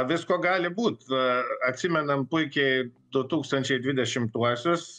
visko gali būt atsimenam puikiai du tūkstančiai dvidešimuosius